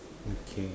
okay